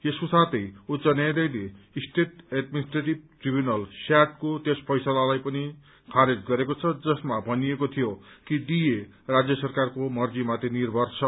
यसको साथै उच्च न्यायालयले स्टेट एडमिनिस्ट्रेटिम ट्रिब्यूनल स्याट को त्यस फैसलालाई पनि खारेज गरेको छ जसमा भनिएको थियो कि डीए राज्य सरकारको मर्जीमाथि निर्भर छ